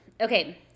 Okay